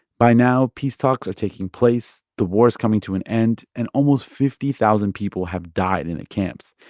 by now, peace talks are taking place. the war is coming to an end, and almost fifty thousand people have died in the camps.